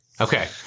Okay